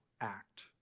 act